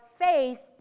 faith